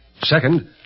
Second